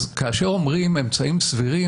אז כאשר אומרים "אמצעים סבירים",